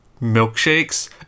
milkshakes